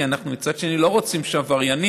כי אנחנו מצד שני לא רוצים שעבריינים,